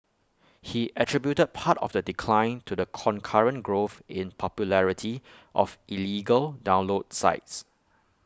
he attributed part of the decline to the concurrent growth in popularity of illegal download sites